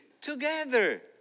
together